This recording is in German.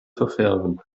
verfärben